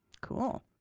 Cool